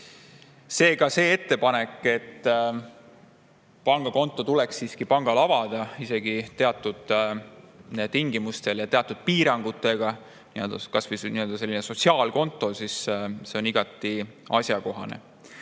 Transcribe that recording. Seega, see ettepanek, et pangakonto tuleks siiski pangal avada, näiteks teatud tingimustel ja teatud piirangutega, kas või selline sotsiaalkonto, on igati asjakohane.